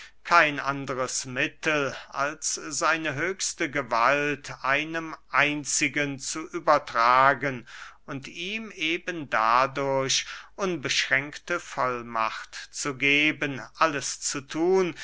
kein anderes mittel als seine höchste gewalt einem einzigen zu übertragen und ihm eben dadurch unbeschränkte vollmacht zu geben alles zu thun